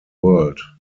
world